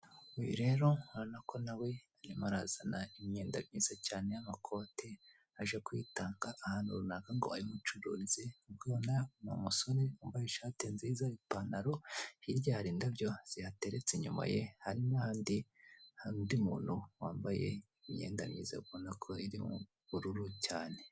Uyu rero nkorana ko nawe nyumazana imyenda myiza cyane y'amakoti aje kuyitanga ahantu runaka ngo ayimucuruze bwowana ni musore wambaye ishati nziza iipantaro hirya hari indabyo ziyateretse inyuma ye hari n'handi hari undi muntu wambaye imyenda myiza ubona ko iri mu bururu cyane.